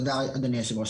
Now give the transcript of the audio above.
אדוני היושב הראש,